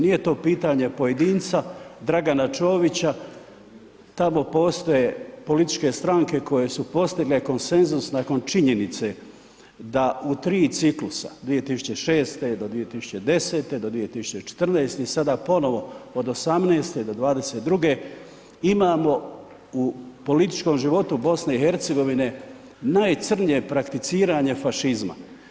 Nije to pitanje pojedinca Dragana Čovića, tamo postoje političke stranke koje su postigle konsenzus nakon činjenice da u tri ciklusa 2006. do 2010. do 2014. i sada ponovno od '18.-te do '22. imamo u političkom životu BiH najcrnje prakticiranje fašizma.